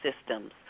systems